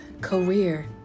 career